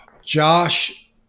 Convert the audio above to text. Josh